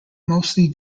mostly